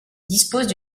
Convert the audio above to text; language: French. disposent